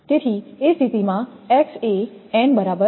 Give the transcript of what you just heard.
તેથી એ સ્થિતિમાં x એ n બરાબર છે